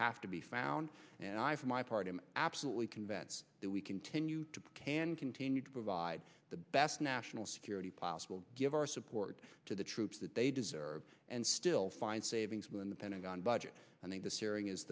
have to be found and i for my part i'm absolutely convinced that we continue to can continue to provide the best national security possible give our support to the troops that they deserve and still find savings within the pentagon budget and then this hearing is